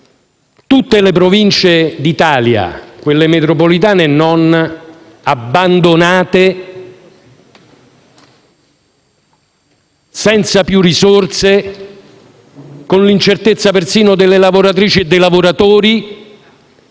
tutte le Province d'Italia, quelle metropolitane e no, abbandonate, senza più risorse, con l'incertezza persino delle lavoratrici e dei lavoratori.